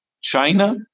China